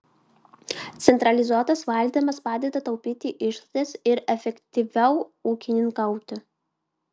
centralizuotas valdymas padeda taupyti išlaidas ir efektyviau ūkininkauti